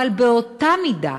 אבל באותה מידה,